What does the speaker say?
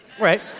Right